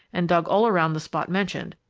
and dug all around the spot mentioned,